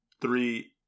three